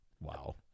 wow